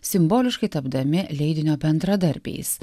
simboliškai tapdami leidinio bendradarbiais